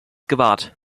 gewahrt